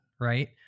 right